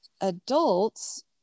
adults